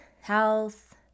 health